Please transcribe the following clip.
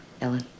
Ellen